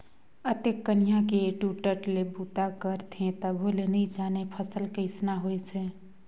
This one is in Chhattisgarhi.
अतेक कनिहा के टूटट ले बूता करथे तभो ले नइ जानय फसल कइसना होइस है